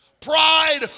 Pride